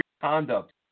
conduct